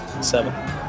Seven